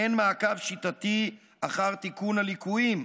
אין מעקב שיטתי אחר תיקון הליקויים,